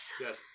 Yes